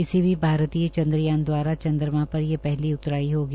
किसी भी भारतीय चन्द्रयान दवारा चन्द्राम पर ये पहली उतराई होगी